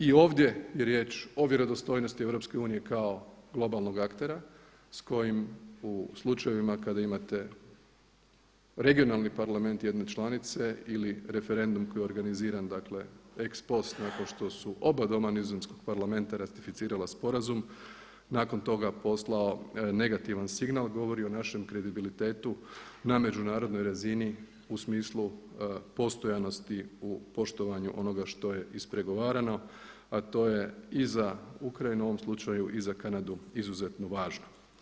I ovdje je riječ o vjerodostojnosti EU kao globalnog aktera s kojim u slučajevima kada imate regionalni parlament jedne članice ili referendum koji je organiziran dakle ex post nakon što su oba doma nizozemskog Parlamenta ratificirala sporazum nakon toga poslao negativan signal govori o našem kredibilitetu na međunarodnoj razini u smislu postojanosti u poštovanju onoga što je ispregovarano, a to je i za Ukrajinu u ovom slučaju i za Kanadu izuzetno važno.